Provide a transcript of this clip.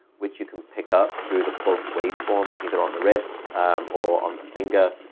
which you can pick up through the pulse waveform either on the wrist or on the finger,